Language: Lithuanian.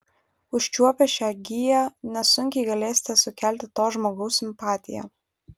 užčiuopę šią giją nesunkiai galėsite sukelti to žmogaus simpatiją